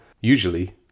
usually